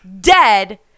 dead